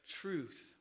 truth